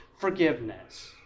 forgiveness